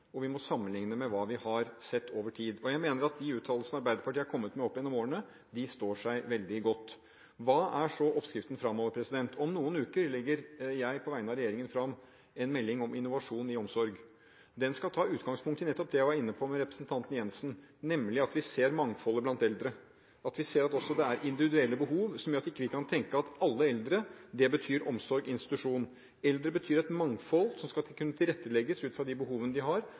og vi må sammenligne med hva vi har sett over tid. Jeg mener at de uttalelsene Arbeiderpartiet har kommet med opp gjennom årene, står seg veldig godt. Hva er så oppskriften fremover? Om noen uker legger jeg på vegne av regjeringen fram en melding om innovasjon i omsorg. Den skal ta utgangspunkt i nettopp det jeg var inne på til representanten Jensen, nemlig at vi ser mangfoldet blant eldre, at vi ser at det også er individuelle behov, som gjør at vi ikke kan tenke at alle eldre betyr omsorg, institusjon. Eldre betyr et mangfold der man skal kunne tilrettelegge ut fra de behovene de har,